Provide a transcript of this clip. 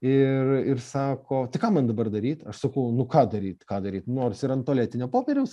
ir ir sako tai ką man dabar daryt aš sakau nu ką daryt ką daryt nors ir ant tualetinio popieriaus